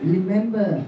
Remember